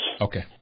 Okay